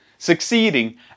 succeeding